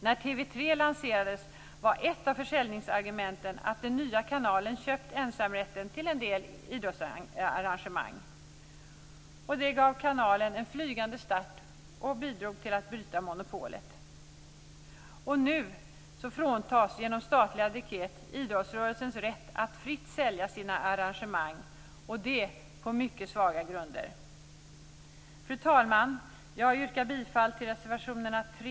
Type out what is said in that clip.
När TV 3 lanserades var ett av försäljningsargumenten att den nya kanalen köpt ensamrätten till en del idrottsarrangemang. Det gav kanalen en flygande start och bidrog till att bryta monopolet. Nu fråntas idrottsrörelsen genom statliga dekret rätten att fritt sälja sina arrangemang; detta på mycket svaga grunder. Fru talman! Jag yrkar bifall till reservationerna 3,